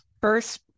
First